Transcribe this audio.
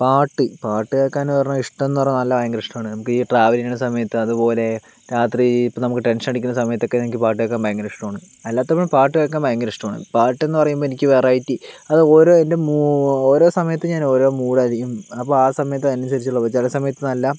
പാട്ട് പാട്ട് കേൾക്കാനെന്ന് പറഞ്ഞാൽ ഇഷ്ടമെന്ന് പറഞ്ഞാൽ നല്ല ഭയങ്കര ഇഷ്ടമാണ് നമുക്ക് ഈ ട്രാവൽ ചെയ്യണ സമയത്ത് അതുപോലെ രാത്രി ഇപ്പോൾ നമുക്ക് ടെൻഷൻ അടിക്കുന്ന സമയത്തൊക്കെ എനിക്ക് പാട്ട് കേൾക്കാൻ ഭയങ്കര ഇഷ്ടമാണ് അല്ലാത്തപ്പോഴും പാട്ട് കേൾക്കാൻ ഭയങ്കര ഇഷ്ടമാണ് പാട്ടെന്ന് പറയുമ്പോൾ എനിക്ക് വെറൈറ്റി അത് ഓരോ എൻ്റെ ഓരോ സമയത്തു ഞാൻ ഓരോ മൂഡായിരിക്കും അപ്പോൾ ആ സമയത്തു അതിന് അനുസരിച്ചുള്ള ചില സമയത്തു നല്ല